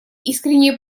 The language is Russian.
искренние